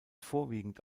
vorwiegend